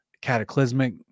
cataclysmic